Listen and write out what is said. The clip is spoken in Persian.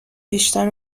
بیشتر